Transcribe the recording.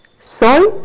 Soy